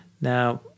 Now